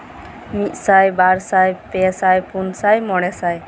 ᱢᱤᱫ ᱥᱟᱭᱹ ᱵᱟᱨ ᱥᱟᱭ ᱯᱮ ᱥᱟᱭ ᱯᱩᱱ ᱥᱟᱭ ᱢᱚᱬᱮ ᱥᱟᱭ